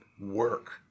work